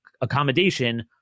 accommodation